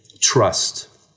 trust